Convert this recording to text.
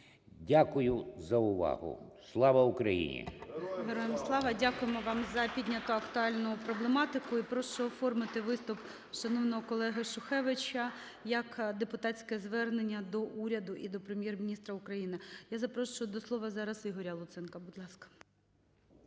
Дякую за увагу. Слава Україні!